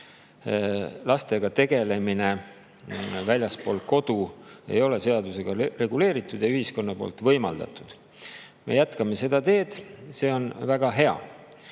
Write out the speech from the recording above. lastega tegelemine väljaspool kodu ei ole seadusega reguleeritud ega ühiskonnas võimaldatud. Me jätkame seda teed, see on väga